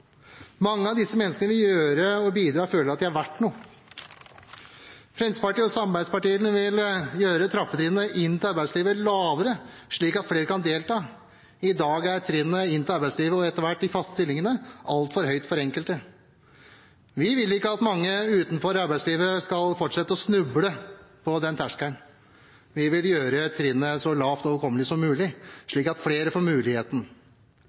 Mange av disse menneskene vil gjøre noe og bidra – og føle at de er verdt noe. Fremskrittspartiet og samarbeidspartiene vil gjøre trappetrinnene inn til arbeidslivet lavere, slik at flere kan delta. I dag er trinnet inn til arbeidslivet – og, etter hvert, de faste stillingene– altfor høyt for enkelte. Vi vil ikke at mange utenfor arbeidslivet skal fortsette å snuble i den terskelen. Vi vil gjøre trinnet så lavt og overkommelig som mulig, slik at flere får muligheten.